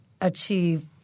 achieve